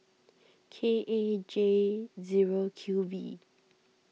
K A J zero Q V